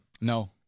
No